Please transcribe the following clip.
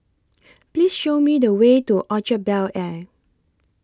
Please Show Me The Way to Orchard Bel Air